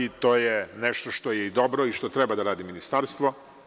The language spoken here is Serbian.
To je nešto što je dobro i što treba da radi Ministarstvo.